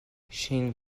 ŝin